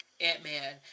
Ant-Man